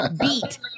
beat